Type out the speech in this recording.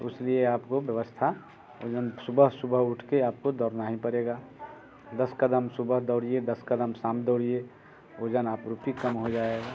उस लिए आपको व्यवस्था वज़न सुबह सुबह उठ कर आपको दौड़ना ही पड़ेगा दस क़दम सुबह दौड़िए दस क़दम शाम दौड़िए वज़न आप कम हो जाएगा